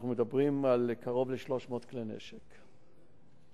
אנחנו מדברים על קרוב ל-300 כלי נשק שנגנבו.